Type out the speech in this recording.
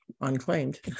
unclaimed